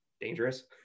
dangerous